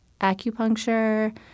acupuncture